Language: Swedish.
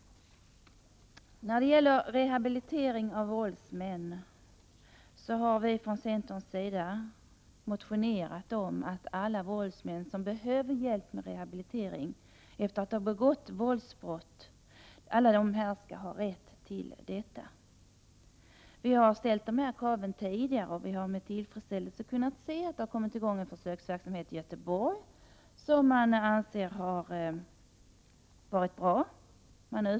Vi har från centerns sida motionerat om att alla våldsmän som behöver hjälp med rehabilitering efter att ha begått våldsbrott skall ha rätt till detta. Vi har ställt dessa krav tidigare, och vi har med tillfredsställelse kunnat se att en försöksverksamhet har kommit i gång i Göteborg som anses ha varit bra.